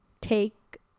take